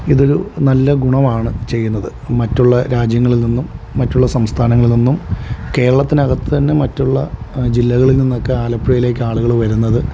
ഇതൊരു നല്ല ഗുണമാണ് ചെയ്യുന്നത് മറ്റുള്ള രാജ്യങ്ങളിൽ നിന്നും മറ്റുള്ള സംസ്ഥാനങ്ങളിൽ നിന്നും കേരളത്തിനകത്തു തന്നെ മറ്റുള്ള ജില്ലകളിൽ നിന്നൊക്കെ ആലപ്പുഴയിലേക്ക് ആളുകൾ വരുന്നത്